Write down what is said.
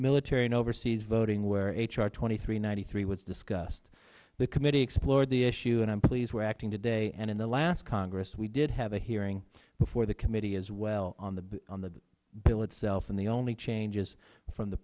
military and overseas voting where h r twenty three ninety three was discussed the committee explored the issue and i'm pleased we're acting today and in the last congress we did have a hearing before the committee as well on the on the bill itself and the only changes from the